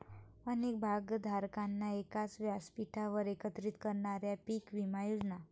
अनेक भागधारकांना एकाच व्यासपीठावर एकत्रित करणाऱ्या पीक विमा योजना